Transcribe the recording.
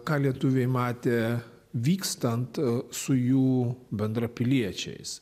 ką lietuviai matė vykstant su jų bendrapiliečiais